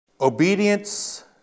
Obedience